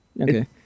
Okay